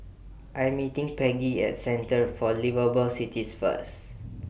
I'm meeting Peggy At Centre For Liveable Cities First